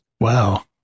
Wow